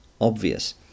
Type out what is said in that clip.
obvious